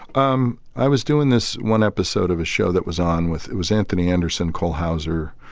um i was doing this one episode of a show that was on with it was anthony anderson, cole houser.